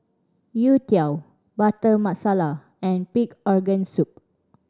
youtiao Butter Masala and pig organ soup